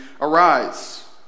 Arise